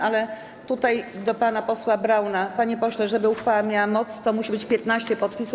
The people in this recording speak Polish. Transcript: Ale tutaj do pana posła Brauna: Panie pośle, żeby uchwała miała moc, musi być 15 podpisów.